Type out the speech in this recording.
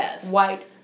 white